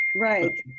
Right